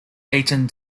eaten